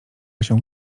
się